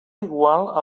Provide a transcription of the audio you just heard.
igual